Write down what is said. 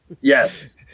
Yes